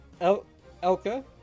Elka